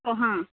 ಓ ಹಾಂ